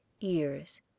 ears